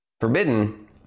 Forbidden